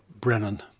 Brennan